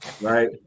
right